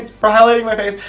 for highlighting my face.